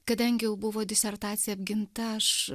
kadangi jau buvo disertacija apginta aš